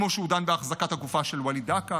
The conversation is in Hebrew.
כמו שהוא דן בהחזקת הגופה של וליד דקה.